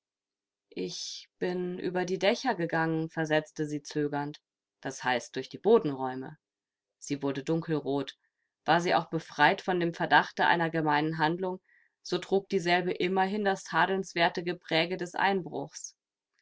ich bin über die dächer gegangen versetzte sie zögernd das heißt durch die bodenräume sie wurde dunkelrot war sie auch befreit von dem verdachte einer gemeinen handlung so trug dieselbe immerhin das tadelnswerte gepräge des einbruchs